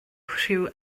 rhyw